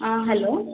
hello